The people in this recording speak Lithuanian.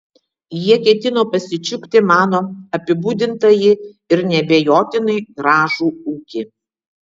jie ketino pasičiupti mano apibūdintąjį ir neabejotinai gražų ūkį